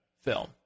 film